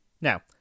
Now